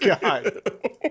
god